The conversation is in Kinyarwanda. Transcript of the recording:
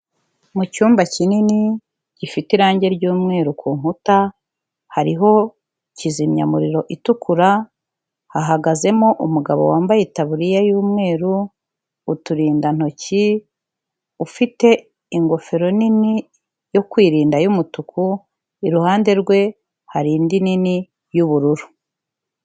Mu cyumba kinini, gifite irange ry'umweru ku nkuta, hariho kizimyamuriro itukura, hahagazemo umugabo wambaye itaburiya y'umweru, uturinda ntoki, ufite ingofero nini yo kwirinda y'umutuku, iruhande rwe hari indi nini y'ubururu.